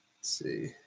see